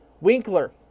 Winkler